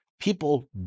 People